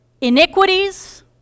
iniquities